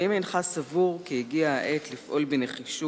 והאם אינך סבור כי הגיעה העת לפעול בנחישות